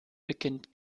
beginnt